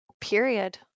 period